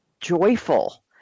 joyful